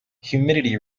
humidity